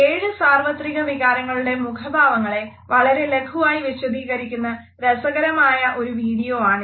ഏഴ് സാർവത്രിക വികാരങ്ങളുടെ മുഖഭാവങ്ങളെ വളരെ ലഖുവായി വിശദീകരിക്കുന്ന രസകരമായ ഒരു വീഡിയോ ആണിത്